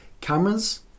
cameras